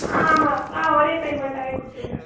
ஆ ஆமாம் ஆ ஒரே பேமெண்ட்டாகவே கொடுத்துடுங்க